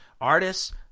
artists